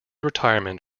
retirement